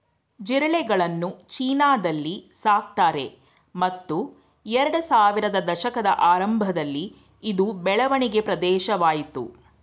ಜಿರಳೆಗಳನ್ನು ಚೀನಾದಲ್ಲಿ ಸಾಕ್ತಾರೆ ಮತ್ತು ಎರಡ್ಸಾವಿರದ ದಶಕದ ಆರಂಭದಲ್ಲಿ ಇದು ಬೆಳವಣಿಗೆ ಪ್ರದೇಶವಾಯ್ತು